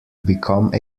become